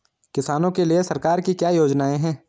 किसानों के लिए सरकार की क्या योजनाएं हैं?